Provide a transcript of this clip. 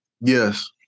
Yes